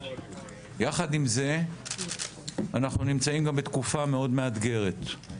יחד עם זה אנחנו נמצאים גם בתקופה מאוד מאתגרת.